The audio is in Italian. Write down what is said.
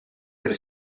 del